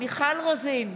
מיכל רוזין,